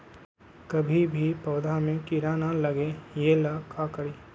कभी भी पौधा में कीरा न लगे ये ला का करी?